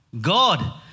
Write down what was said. God